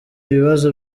ibibazo